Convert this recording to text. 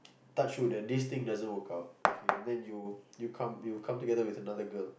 touch wood that this thing doesn't work out K and then you come you come together with another girl